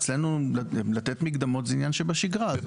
אצלנו לתת מקדמות זה עניין שבשגרה.